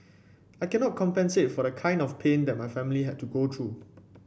I cannot compensate for the kind of pain that my family had to go through